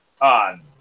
on